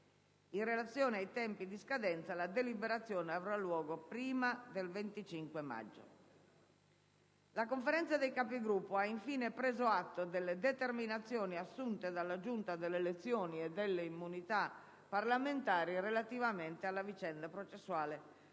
In relazione ai tempi di scadenza, la deliberazione avrà luogo prima del 25 maggio. La Conferenza dei Capigruppo ha infine preso atto delle determinazioni assunte dalla Giunta delle elezioni e delle immunità parlamentari relativamente alla vicenda processuale